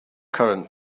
current